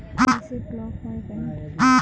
KYC block হয় কেনে?